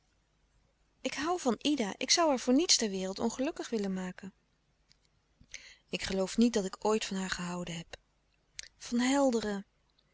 ik hoû van ida ik zoû haar voor niets ter wereld ongelukkig willen maken ik geloof niet dat ik ooit van haar gehouden heb van helderen